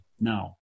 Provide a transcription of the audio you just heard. Now